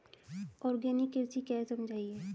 Organic कृषि क्या है समझाइए?